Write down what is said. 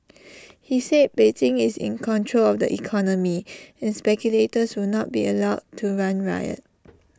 he said Beijing is in control of the economy and speculators will not be allowed to run riot